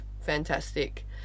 fantastic